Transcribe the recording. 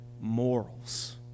morals